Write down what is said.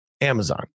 Amazon